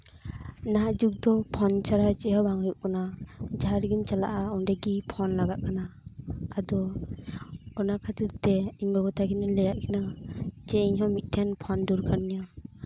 ᱱᱟᱦᱟᱜ ᱡᱩᱜ ᱫᱚ ᱯᱷᱳᱱ ᱪᱷᱟᱲᱟ ᱪᱮᱫ ᱦᱚᱸ ᱵᱟᱝ ᱦᱩᱭᱩᱜ ᱠᱟᱱᱟ ᱡᱟᱦᱟᱸ ᱨᱮᱜᱮᱢ ᱪᱟᱞᱟᱜᱼᱟ ᱚᱸᱰᱮ ᱜᱮ ᱯᱷᱳᱱ ᱞᱟᱜᱟᱜ ᱠᱟᱱᱟ ᱟᱫᱚ ᱚᱱᱟ ᱠᱷᱟᱹᱛᱤᱨ ᱛᱮ ᱤᱧ ᱜᱚᱜᱚ ᱛᱟᱹᱠᱤᱱ ᱤᱧ ᱞᱟᱭ ᱟᱫ ᱠᱤᱱᱟ ᱡᱮ ᱤᱧ ᱦᱚᱸ ᱢᱤᱫᱴᱮᱱ ᱯᱷᱳᱱ ᱫᱚᱨᱠᱟᱨ ᱤᱧᱟ